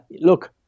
look